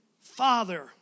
Father